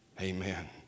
Amen